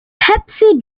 pepsi